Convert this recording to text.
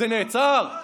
זה נעצר?